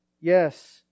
Yes